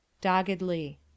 Doggedly